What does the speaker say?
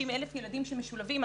50,000 ילדים שמשולבים.